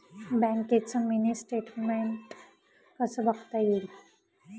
बँकेचं mini statement कसं बघता येईल?